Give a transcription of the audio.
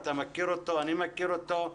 אתה מכיר אותו ואני מכיר אותו.